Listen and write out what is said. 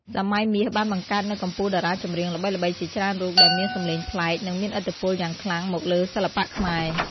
សម័យមាសបានបង្កើតនូវកំពូលតារាចម្រៀងល្បីៗជាច្រើនរូប ដែលមានសំឡេងប្លែក និងមានឥទ្ធិពលយ៉ាងខ្លាំងមកលើសិល្បៈខ្មែរ។